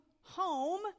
home